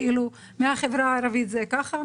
מהחברה הערבית זה ככה,